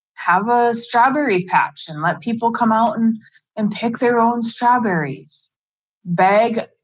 have a strawberry patch and let people come out and and pick their own strawberries bag.